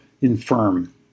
infirm